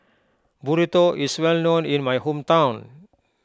Burrito is well known in my hometown